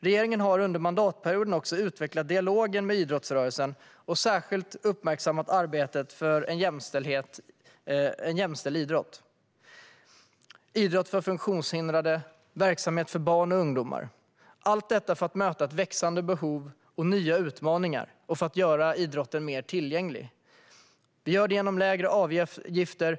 Regeringen har under mandatperioden utvecklat dialogen med idrottsrörelsen och särskilt uppmärksammat arbetet för en jämställd idrott, idrott för funktionshindrade och verksamhet för barn och ungdomar. För att möta ett växande behov och nya utmaningar och för att göra idrotten mer tillgänglig vill vi införa lägre avgifter.